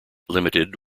ltd